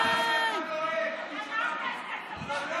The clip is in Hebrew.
אמרת שאתה נועל, אני שמעתי.